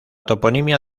toponimia